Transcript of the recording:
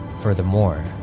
Furthermore